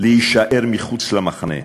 להישאר מחוץ למחנה.